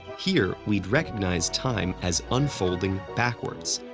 here, we'd recognize time as unfolding backwards.